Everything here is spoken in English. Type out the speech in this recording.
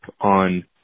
on